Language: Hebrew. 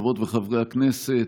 חברות וחברי הכנסת,